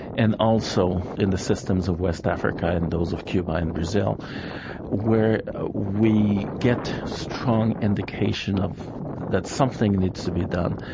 and also in the systems of west africa and those of cuba and brazil where we get strong indication of that something needs to be done.